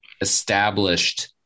established